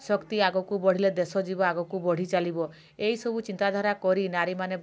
ଶକ୍ତି ଆଗକୁ ବଢ଼ିଲେ ଦେଶ ଯିବ ଆଗକୁ ବଢ଼ି ଚାଲିବ ଏଇ ସବୁ ଚିନ୍ତାଧାରା କରି ନାରୀ ମାନେ